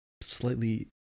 slightly